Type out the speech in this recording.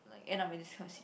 like end up in this kind of si~